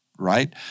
right